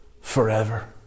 forever